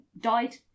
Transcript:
died